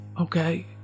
okay